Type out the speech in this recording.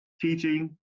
teaching